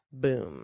Boom